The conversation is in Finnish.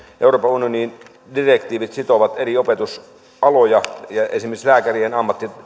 euroopan unionin direktiivit sitovat eri opetusaloja ja esimerkiksi lääkärien